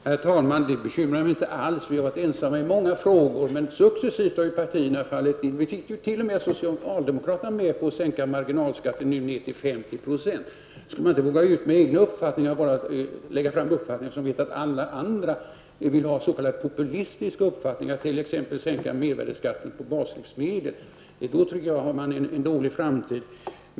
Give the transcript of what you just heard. Herr talman! Det bekymrar mig inte alls. Vi har varit ensamma i många frågor, men successivt har partierna fallit in. Vi fick t.o.m. socialdemokraterna med på att sänka marginalskatten till 50 %. Om man inte skulle våga uttrycka egna uppfattningar utan bara lägga fram förslag som man vet att alla andra vill ha, s.k. populistiska förslag, t.ex. sänkningen av mervärdeskatten på baslivsmedel, då anser jag att man har en dålig framtid.